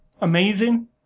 Amazing